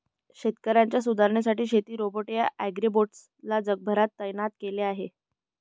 शेतकऱ्यांच्या सुधारणेसाठी शेती रोबोट या ॲग्रीबोट्स ला जगभरात तैनात केल आहे